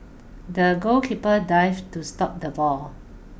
the goalkeeper dived to stop the ball